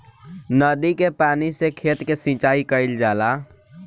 नदी के पानी से खेत के सिंचाई कईल जाला